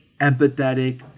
empathetic